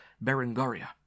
Berengaria